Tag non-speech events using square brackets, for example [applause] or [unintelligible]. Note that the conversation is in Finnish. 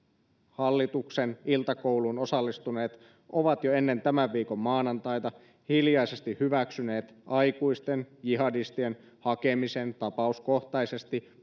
hallituksen iltakouluun osallistuneet ovat jo ennen tämän viikon maanantaita hiljaisesti hyväksyneet aikuisten jihadistien hakemisen tapauskohtaisesti [unintelligible]